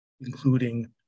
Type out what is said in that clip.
including